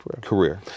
Career